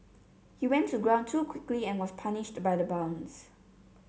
he went to ground too quickly and was punished by the bounce